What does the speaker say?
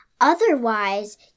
Otherwise